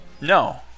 No